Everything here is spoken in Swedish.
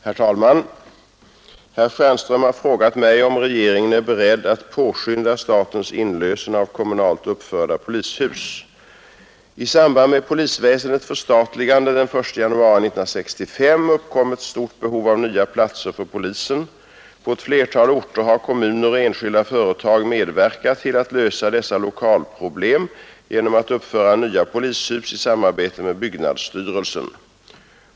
Herr talman! Herr Stjernström har frågat mig om regeringen är beredd att paskynda statens inlösen av kommunalt uppförda polishus. I samband med polisväsendets förstatligande den 1 januari 1965 uppkom ett stort behov av nya lokaler för polisen. På ett flertal orter har kommuner och enskilda företag medverkat till att lösa dessa lokalproblem genom att uppföra nya polishus i samarbete med byggnadsstyrelsen.